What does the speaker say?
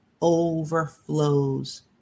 overflows